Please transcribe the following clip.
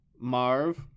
Marv